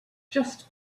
just